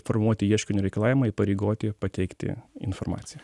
formuoti ieškinio reikalavimą įpareigoti pateikti informaciją